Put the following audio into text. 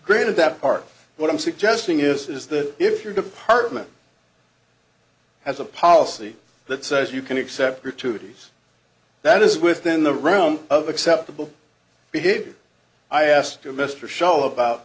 granted that part what i'm suggesting is that if your department has a policy that says you can except your two days that is within the realm of acceptable behavior i asked you mr show about